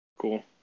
Cool